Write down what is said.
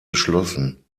geschlossen